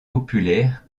populaires